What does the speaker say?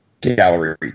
gallery